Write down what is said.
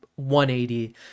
180